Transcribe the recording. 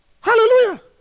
Hallelujah